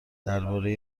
درباره